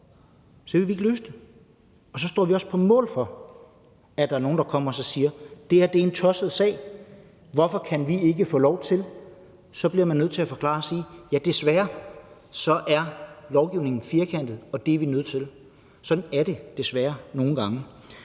vil vi ikke løse det, og så står vi også på mål for, at der er nogen, der kommer og siger: Det her er en tosset sag. Hvorfor kan vi ikke få lov? Så bliver man nødt til at forklare og sige: Desværre er lovgivningen firkantet, og det er vi nødt til. Sådan er det desværre nogle gange.